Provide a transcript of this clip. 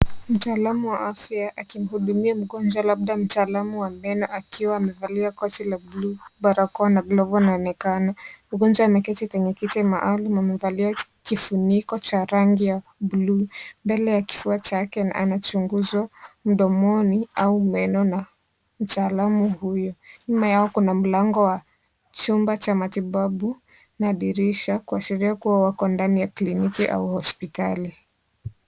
Mtaalamu wa afya akimhudumia mgonjwa labda mtaalamu wa meno akiwa amevalia koti la blu barakoa na glovu anaonekana . Mgonjwa ameketi kwenye kiti maalum amevalia kifuniko cha rangi ya blu . Mbele ya kifua chake anachunguzwa mdomoni au meno na mtaalamu huyu . Nyuma yao kuna mlango wa chumba cha matibabu na dirisha kuashiria kuwa wako ndani ya kliniki au hospitali.